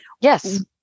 Yes